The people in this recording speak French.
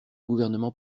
gouvernement